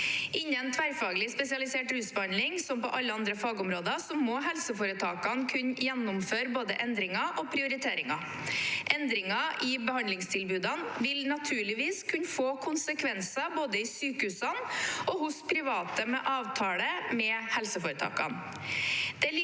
Innen tverrfaglig spesialisert rusbehandling, som på alle andre fagområder, må helseforetakene kunne gjennomføre både endringer og prioriteringer. Endringer i behandlingstilbudene vil naturligvis kunne få konsekvenser både i sykehusene og hos private med avtale med helseforetakene.